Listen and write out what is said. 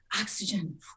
oxygen